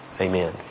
amen